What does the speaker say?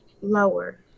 lower